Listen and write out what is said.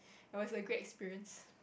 it was a great experience